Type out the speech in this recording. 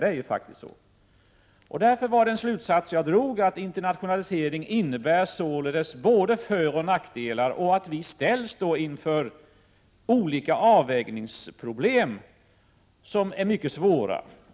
Den slutsats jag drog var därför att internationalisering således innebär både föroch nackdelar samt att vi därvid ställs inför olika avvägningsproblem, som är mycket svåra.